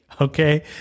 okay